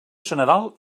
general